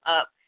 up